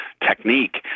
technique